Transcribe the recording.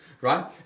right